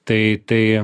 tai tai